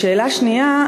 שאלה שנייה,